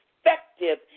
effective